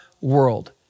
world